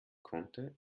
konnte